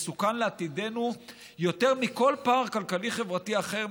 הוא מסוכן לעתידנו יותר מכל פער כלכלי-חברתי אחר,